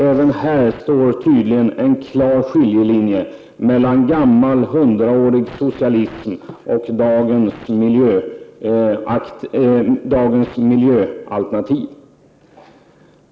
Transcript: Även här går det tydligen en klar skiljelinje mellan gammal hundraårig socialism och dagens miljöalternativ.